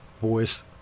voice